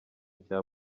cya